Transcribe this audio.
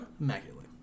Immaculately